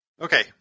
Okay